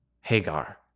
Hagar